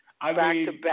back-to-back